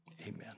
amen